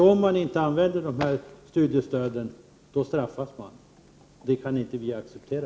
Om man inte utnyttjar dessa studiestöd, då straffas man. Det kan inte vi acceptera.